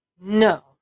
no